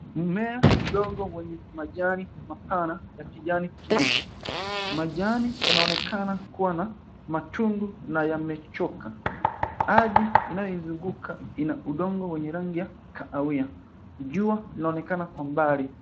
Mmea madogo wenye majani mapana ya kijani kibichi. Majani yanaonekana kuwa na matundu na yamechoka. Ardhi inayoizunguka ina udongo wenye rangi ya kahawia. Jua linaonekana kwa mbali.